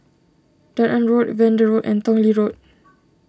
Dunearn A Road Vanda Road and Tong Lee Road